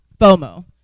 FOMO